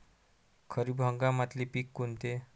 खरीप हंगामातले पिकं कोनते?